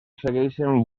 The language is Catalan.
segueixen